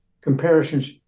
comparisons